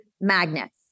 magnets